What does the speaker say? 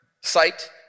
site